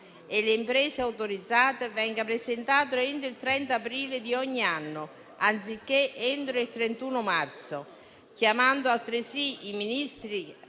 e le imprese autorizzate, venga presentata entro il 30 aprile di ogni anno, anziché entro il 31 marzo, chiamando altresì i Ministri